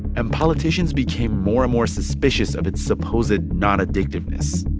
and politicians became more and more suspicious of its supposed non-addictiveness